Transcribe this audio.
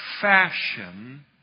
fashion